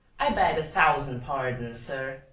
i beg a thousand pardons, sir.